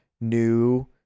new